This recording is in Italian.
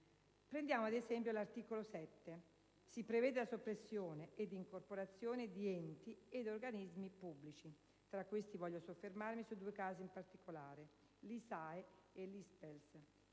Prendiamo, ad esempio, l'articolo 7, in cui si prevede la soppressione ed incorporazione di enti ed organismi pubblici. Tra questi, voglio soffermarmi su due casi in particolare: l'ISAE e l'ISPESL.